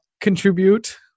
contribute